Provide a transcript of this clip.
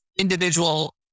individual